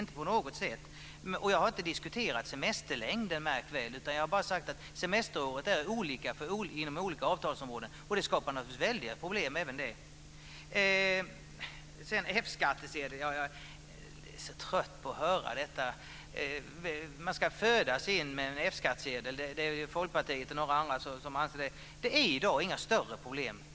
Märk väl, jag har inte diskuterat semesterlängden. Jag har bara sagt att semesterperioder är olika inom de olika avtalsområdena och att det skapar väldiga problem. Jag är så trött på att höra detta om F-skattsedlar. Man ska födas till en F-skattsedel. Det är Folkpartiet och några andra som anser det. Det är inga större problem med det längre.